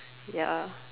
ya